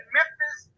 Memphis